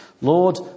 Lord